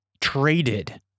traded